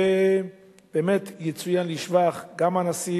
ובאמת, יצוין לשבח גם הנשיא